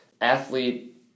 athlete